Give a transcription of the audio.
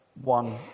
one